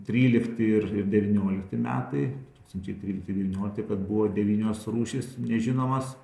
trylikti ir ir devyniolikti metai tūkstančiai trylikti devyniolikti kad buvo devynios rūšys nežinomos